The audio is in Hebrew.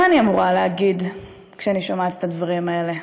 מה אני אמורה להגיד כשאני שומעת את הדברים האלה?